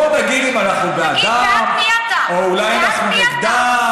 בואו נגיד אם אנחנו בעדן או אולי אנחנו נגדן.